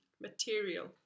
material